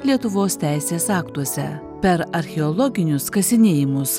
lietuvos teisės aktuose per archeologinius kasinėjimus